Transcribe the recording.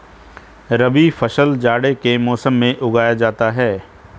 रबी फसल जाड़े के मौसम में उगाया जाता है